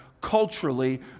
culturally